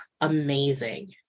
amazing